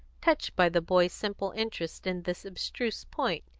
touched by the boy's simple interest in this abstruse point.